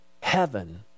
heaven